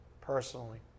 personally